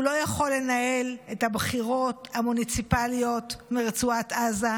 הוא לא יכול לנהל את הבחירות המוניציפליות מרצועת עזה,